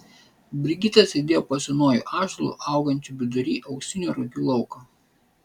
brigita sėdėjo po senuoju ąžuolu augančiu vidury auksinio rugių lauko